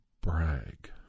brag